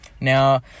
Now